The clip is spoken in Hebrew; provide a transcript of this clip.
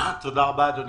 תודה אדוני.